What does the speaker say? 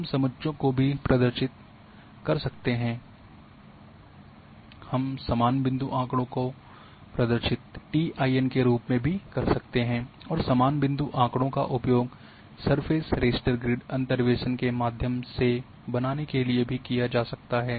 हम समुच्च में भी प्रदर्शित कर सकते हैं हम समान बिंदु आँकड़ों का प्रदर्शित टीआईएन के रूप में भी कर सकते हैं और समान बिंदु आँकड़ों का उपयोग सरफेस रास्टर ग्रिड अंतर्वेसन के माध्यम से बनाने के लिए भी किया जा सकता है